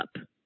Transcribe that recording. up